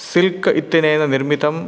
silk इत्यनेन निर्मितम्